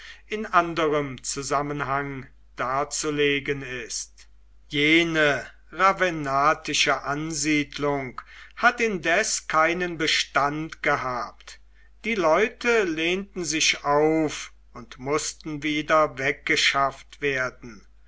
in anderem zusammenhang darzulegen ist jene ravennatische ansiedlung hat indes keinen bestand gehabt die leute lehnten sich auf und mußten wieder weggeschafft werden